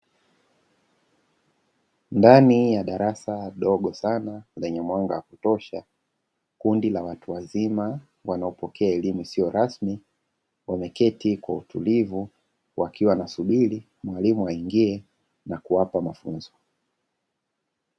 Ndani ya darasa dogo sana lenye mwanga wa kutosha kundi la watu wazima wanaopokea elimu isiyo rasmi wameketi kwa utulivu, wakiwa wana subiri mwalimu aingie na kuwapa mafunzo.